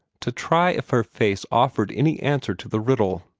to try if her face offered any answer to the riddle.